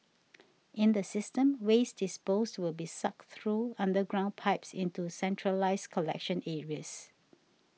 in the system waste disposed will be sucked through underground pipes into centralised collection areas